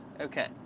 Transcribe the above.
Okay